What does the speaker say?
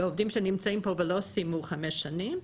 העובדים שנמצאים פה ולא סיימו חמש שנים,